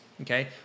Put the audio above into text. okay